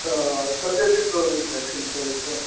तऽ कते दिन गाँवमे भैक्सीन पड़ै छै